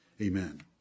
amen